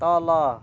तल